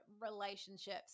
relationships